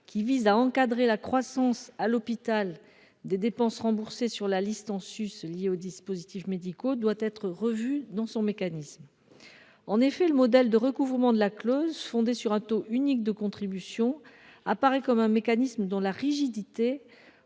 qui vise à encadrer la croissance, à l’hôpital, des dépenses remboursées sur la liste en sus liées aux dispositifs médicaux, doit être revu dans son mécanisme. En effet, le modèle de recouvrement de la clause, fondé sur un taux unique de contribution, apparaît comme un mécanisme dont la rigidité